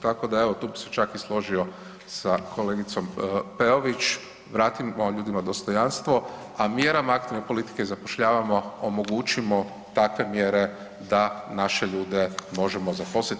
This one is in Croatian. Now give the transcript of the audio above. Tako da evo tu bi se čak i složio sa kolegicom Peović, vratimo ljudima dostojanstvo, a mjerama aktivne politike zapošljavamo, omogućimo takve mjere da naše ljude možemo zaposliti.